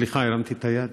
סליחה, הרמתי את היד.